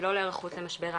ולא להיערכות למשבר האקלים.